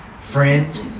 friend